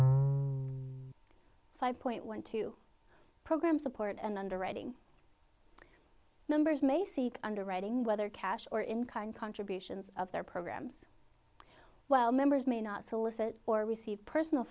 five point one two program support and underwriting numbers may seek underwriting whether cash or in kind contributions of their programs while members may not solicit or receive personal